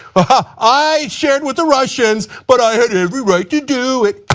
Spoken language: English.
ah i shared with the russians, but i had every right to do it.